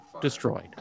destroyed